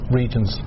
regions